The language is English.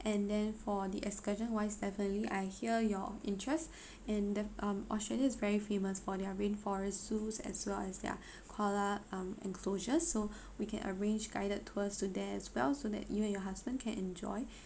and then for the excursion wise definitely I hear your interest and then um australia is very famous for their rainforest zoos as well as their koala um enclosure so we can arrange guided tours to there as well so that you and your husband can enjoy